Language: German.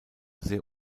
sehr